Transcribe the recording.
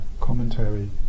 commentary